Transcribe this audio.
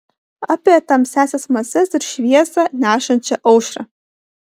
apie tamsiąsias mases ir šviesą nešančią aušrą